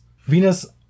Venus